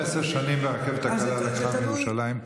עשר שנים הרכבת הקלה לקחה מירושלים.